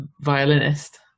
violinist